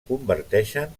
converteixen